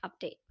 update